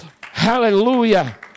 hallelujah